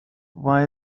why